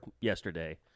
yesterday